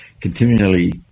continually